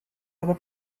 aber